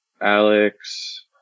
Alex